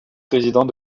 président